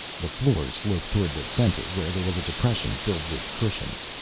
the floor sloped toward the center where there was a depression filled with cushions.